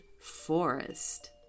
forest